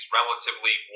relatively